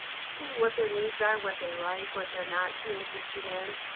seeing what their needs are, what they like, what they're not too interested in.